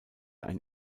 ein